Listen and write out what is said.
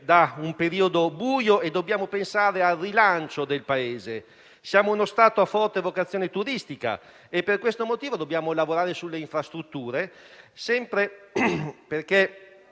da un periodo buio e dobbiamo pensare al rilancio del Paese. Siamo uno Stato a forte vocazione turistica e per questo motivo occorre lavorare sulle infrastrutture perché